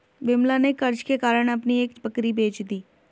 विमला ने कर्ज के कारण अपनी एक बकरी बेच दी